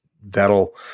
that'll